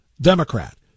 Democrat